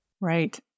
Right